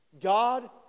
God